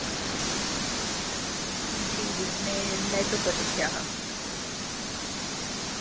जी जी में नेट उप्पर दिक्खेआ हा